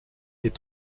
est